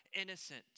innocent